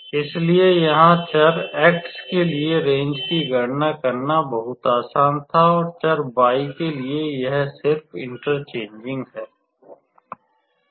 इसलिए यहाँ चर x के लिए रेंजरेंज की गणना करना बहुत आसान था और चर y के लिए यह सिर्फ इंटरचेंजिंग है